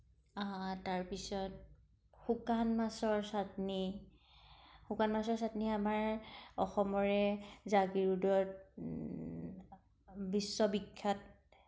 তাৰপিছত শুকান মাছৰ চাটনি শুকান মাছৰ চাটনি আমাৰে অসমৰে জাগীৰোডত বিশ্ববিখ্যাত